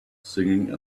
singing